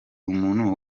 umuntu